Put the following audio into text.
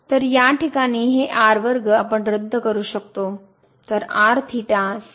तर या ठिकाणी हे आपण रद्द करू शकतो